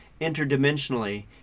interdimensionally